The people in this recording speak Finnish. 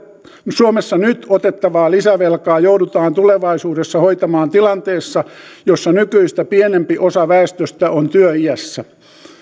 suomessa nyt otettavaa lisävelkaa joudutaan tulevaisuudessa hoitamaan tilanteessa jossa nykyistä pienempi osa väestöstä on työiässä